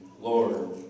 Lord